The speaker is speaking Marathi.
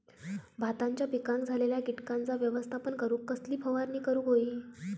भाताच्या पिकांक झालेल्या किटकांचा व्यवस्थापन करूक कसली फवारणी करूक होई?